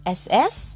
ss